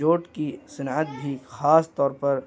jute کی صنعت بھی خاص طور پر